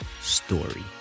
story